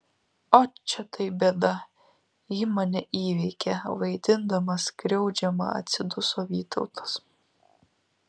ot čia tai bėda ji mane įveikia vaidindamas skriaudžiamą atsiduso vytautas